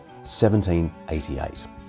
1788